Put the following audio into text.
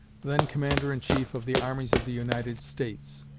then commander-in-chief of the armies of the united states.